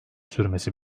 sürmesi